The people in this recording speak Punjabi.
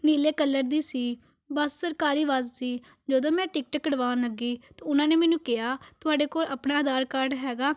ਨੀਲੇ ਕਲਰ ਦੀ ਸੀ ਬਸ ਸਰਕਾਰੀ ਬੱਸ ਸੀ ਜਦੋਂ ਮੈਂ ਟਿਕਟ ਕਟਵਾਉਣ ਲੱਗੀ ਤਾਂ ਉਹਨਾਂ ਨੇ ਮੈਨੂੰ ਕਿਹਾ ਤੁਹਾਡੇ ਕੋਲ ਆਪਣਾ ਆਧਾਰ ਕਾਰਡ ਹੈਗਾ